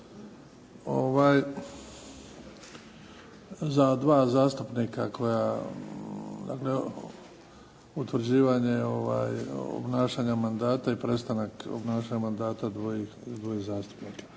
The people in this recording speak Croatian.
za 2 zastupnika koja, dakle utvrđivanje obnašanja mandata i prestanak obnašanja mandata dvoje zastupnika.